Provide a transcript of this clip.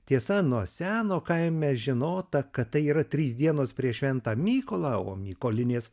tiesa nuo seno kaime žinota kad tai yra trys dienos prieš šventą mykolą o mykolinės